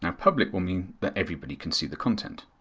and public will mean that everybody can see the content.